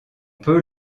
peut